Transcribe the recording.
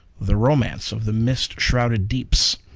the romance of the mist-shrouded deeps.